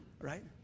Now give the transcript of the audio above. right